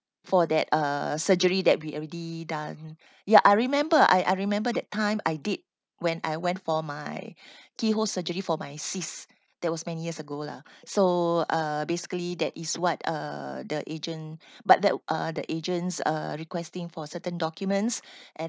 for that uh surgery that we already done ya I remember I I remember that time I did when I went for my keyhole surgery for my cyst that was many years ago lah so uh basically that is what uh the agent but that uh the agents uh requesting for certain documents and